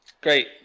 Great